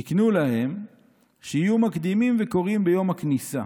"תקנו להם שיהיו מקדימין וקוראים ביום הכניסה".